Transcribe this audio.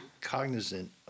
cognizant